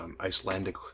Icelandic